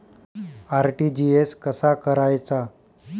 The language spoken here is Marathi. आर.टी.जी.एस कसा करायचा?